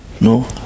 no